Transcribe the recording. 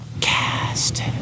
cast